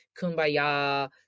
kumbaya